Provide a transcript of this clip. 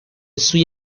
سوی